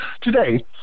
Today